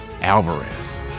Alvarez